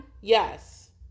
Yes